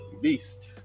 beast